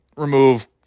remove